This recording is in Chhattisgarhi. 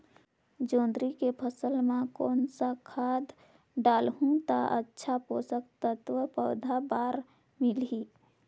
जोंदरी के फसल मां कोन सा खाद डालहु ता अच्छा पोषक तत्व पौध बार मिलही?